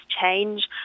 change